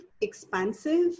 expansive